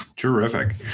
Terrific